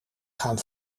gaan